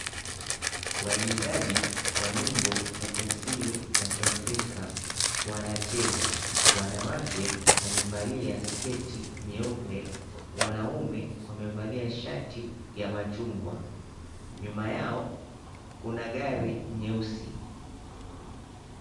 Waigizaji wa nyimbo za kiasili za kiafrika wanacheza. Wanawake wamevalia sketi nyeupe, wanaume wamevalia shati ya machungwa. Nyuma yao kuna gari nyeusi.